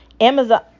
amazon